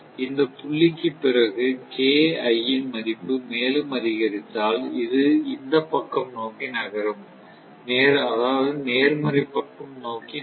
இந்த புள்ளிக்கு பிறகு ன் மதிப்பு மேலும் அதிகரித்தால் இது இந்த பக்கம் நோக்கி நகரும் நேர்மறை பக்கம் நோக்கி நகரும்